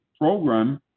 program